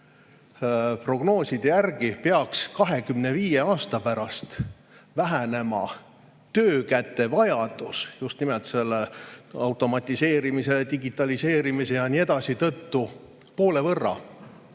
prognooside järgi peaks 25 aasta pärast töökäte vajadus vähenema just nimelt automatiseerimise, digitaliseerimise ja nii edasi tõttu poole võrra,